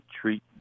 treat